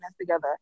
together